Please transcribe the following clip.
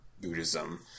Buddhism